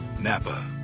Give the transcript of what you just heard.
Napa